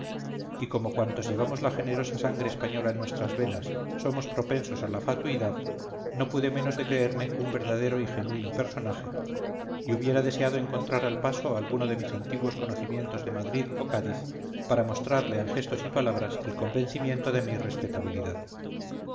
y como cuantos llevamos la generosa sangre española en nuestras venas somos propensos a la fatuidad no pude menos de creerme un verdadero y genuino personaje y hubiera deseado encontrar al paso a alguno de mis antiguos conocimientos de madrid o cádiz para mostrarle en gestos y palabras el convencimiento de mi respetabilidad